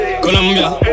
Colombia